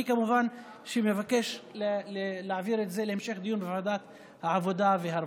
אני כמובן מבקש להעביר את זה להמשך דיון בוועדת העבודה והרווחה.